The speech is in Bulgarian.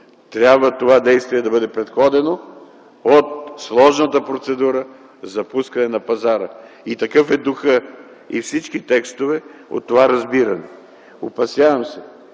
трябва това действие да бъде предходено от сложната процедура за пускане на пазара и такъв е духът и всички текстове от това разбиране. Опасявам се,